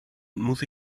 muss